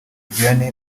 vianney